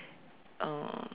uh